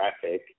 traffic